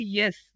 yes